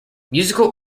musical